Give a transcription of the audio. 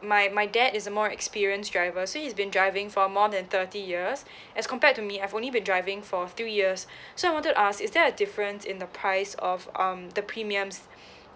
my my dad is a more experienced driver so he's been driving for more than thirty years as compared to me I've only been driving for three years so I wanted to ask is there a difference in the price of um the premiums